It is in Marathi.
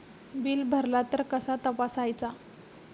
बिल भरला तर कसा तपसायचा?